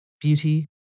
Beauty